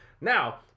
Now